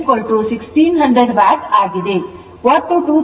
ಒಟ್ಟು 2200 ವ್ಯಾಟ್ ಇಲ್ಲಿ 2198